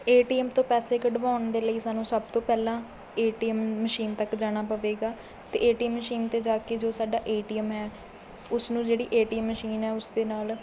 ਏ T M ਤੋਂ ਪੈਸੇ ਕੱਢਵਾਉਣ ਦੇ ਲਈ ਸਭ ਤੋਂ ਪਹਿਲਾਂ ਏ ਟੀ ਐੱਮ ਮਸ਼ੀਨ ਤੱਕ ਜਾਣਾ ਪਵੇਗਾ ਅਤੇ ਏ ਟੀ ਐੱਮ ਮਸ਼ੀਨ 'ਤੇ ਜਾ ਕੇ ਜੋ ਸਾਡਾ ਏ ਟੀ ਐੱਮ ਹੈ ਉਸ ਨੂੰ ਜਿਹੜੀ ਏ ਟੀ ਐੱਮ ਮਸ਼ੀਨ ਹੈ ਉਸ ਦੇ ਨਾਲ਼